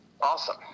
Awesome